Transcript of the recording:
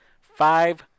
Five